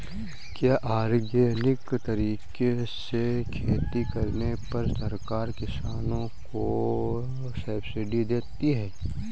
क्या ऑर्गेनिक तरीके से खेती करने पर सरकार किसानों को सब्सिडी देती है?